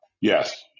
Yes